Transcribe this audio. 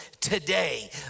today